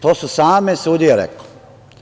To su same sudije rekle.